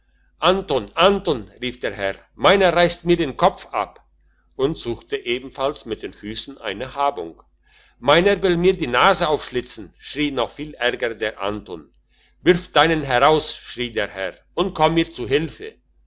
anton anton rief der herr meiner reisst mir den kopf ab und suchte ebenfalls mit den füssen eine habung meiner will mir die nase aufschlitzen schrie noch viel ärger der anton wirf deinen heraus schrie der herr und komm mir zu hilfe